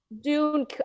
Dune